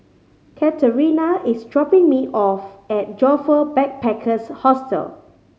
Katerina is dropping me off at Joyfor Backpackers' Hostel